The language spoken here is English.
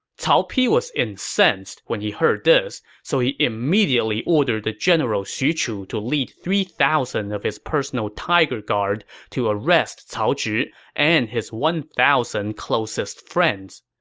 cao pi was incensed when he heard this, so he immediately ordered the general xu chu to lead three thousand of his personal tiger guard to arrest cao zhi and his one thousand closest friends.